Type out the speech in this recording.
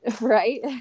Right